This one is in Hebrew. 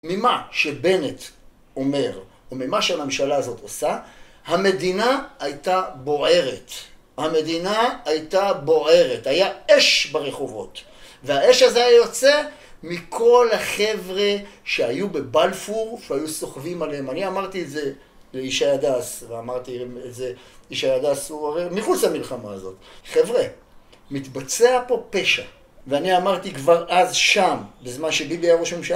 ממה שבנט אומר, וממה שהממשלה הזאת עושה המדינה הייתה בוערת המדינה הייתה בוערת, היה אש ברחובות והאש הזה היה יוצא מכל החבר'ה שהיו בבלפור, שהיו סוחבים עליהם אני אמרתי את זה לישי הדס, ואמרתי איזה ישי הדס הוא הרי... מחוץ למלחמה הזאת, חבר'ה, מתבצע פה פשע ואני אמרתי כבר אז שם, בזמן שביבי היה ראש ממשלה